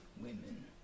women